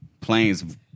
planes